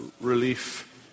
relief